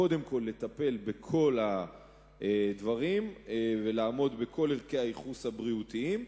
קודם כול לטפל בכל הדברים ולעמוד בכל ערכי הייחוס הבריאותיים,